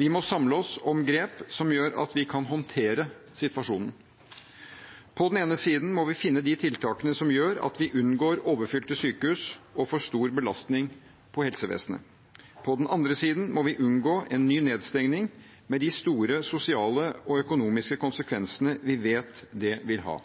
Vi må samle oss om grep som gjør at vi kan håndtere situasjonen. På den ene siden må vi finne de tiltakene som gjør at vi unngår overfylte sykehus og for stor belastning på helsevesenet. På den andre siden må vi unngå en ny nedstengning med de store sosiale og økonomiske konsekvensene vi vet det vil ha.